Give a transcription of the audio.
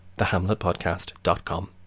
thehamletpodcast.com